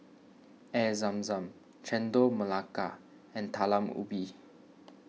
Air Zam Zam Chendol Melaka and Talam Ubi